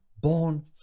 born